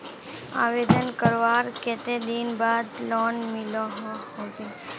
आवेदन करवार कते दिन बाद लोन मिलोहो होबे?